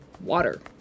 water